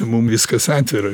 mum viskas atvira